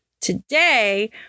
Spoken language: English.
Today